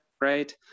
right